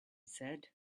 said